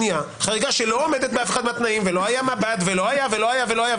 חריגה שלא עומדת באף אחד מהתנאים ולא היה מב"ד ולא היה ולא היה,